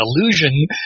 illusion